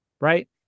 Right